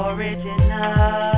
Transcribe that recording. Original